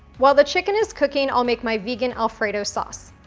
while the chicken is cooking, i'll make my vegan alfredo sauce.